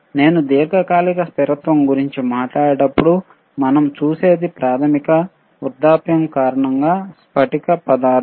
నేను దీర్ఘకాలిక స్థిరత్వం గురించి మాట్లాడేటప్పుడు మనం చూసేది ప్రాథమికంగా వృద్ధాప్యం కారణంగా స్ఫటిక పదార్థం